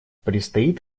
предстоит